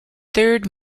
third